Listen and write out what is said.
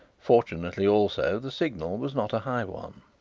fortunately, also, the signal was not a high one.